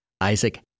Isaac